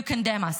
you condemn us.